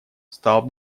стал